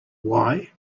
why